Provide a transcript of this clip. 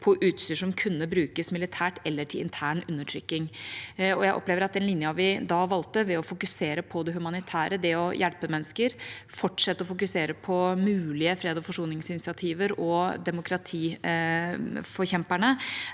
på utstyr som kunne brukes militært eller til intern undertrykking. Jeg opplever at den linja vi da valgte – ved å fokusere på det humanitære, det å hjelpe mennesker, fortsette å fokusere på mulige freds- og forsoningsinitiativer og på demokratiforkjemperne